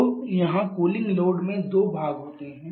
तो यहाँ cooling load में दो भाग होते हैं